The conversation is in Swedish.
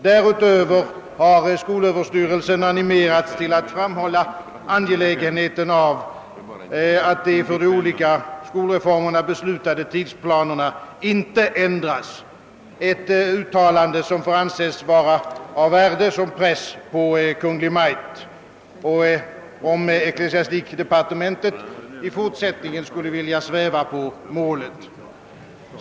Därutöver har skolöverstyrelsen animerats till att framhålla angelägenheten av att de för de olika skolreformerna beslutade tidsplanerna inte ändras, ett uttalande som får anses vara av värde som press på Kungl. Maj:t, om ecklesiastikdepartementet i fortsättningen skulle vilja sväva på målet.